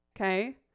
okay